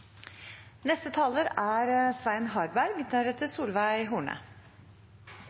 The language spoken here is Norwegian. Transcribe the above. Neste taler er